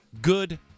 Good